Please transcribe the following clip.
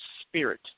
spirit